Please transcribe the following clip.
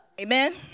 Amen